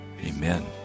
Amen